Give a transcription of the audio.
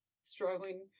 struggling